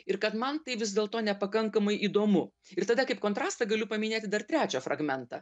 ir kad man tai vis dėlto nepakankamai įdomu ir tada kaip kontrastą galiu paminėti dar trečią fragmentą